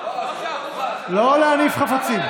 לא להניף חפצים.